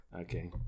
Okay